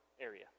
area